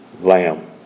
Lamb